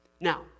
Now